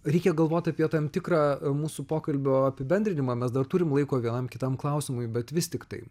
reikia galvot apie tam tikrą mūsų pokalbio apibendrinimą mes dar turim laiko vienam kitam klausimui bet vis tiktai